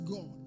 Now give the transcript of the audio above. God